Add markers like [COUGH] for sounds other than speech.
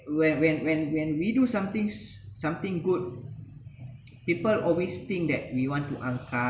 when when when when we do somethings something good [NOISE] people always think that we want to angkat